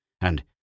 and